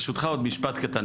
ברשותך עוד משפט קטן.